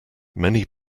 many